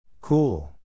Cool